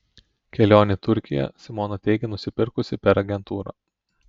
kelionę į turkiją simona teigia nusipirkusi per agentūrą